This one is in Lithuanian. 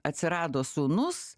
atsirado sūnus